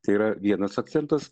tai yra vienas akcentas